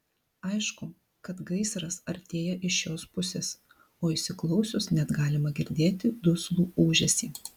aišku kad gaisras artėja iš šios pusės o įsiklausius net galima girdėti duslų ūžesį